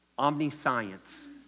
omniscience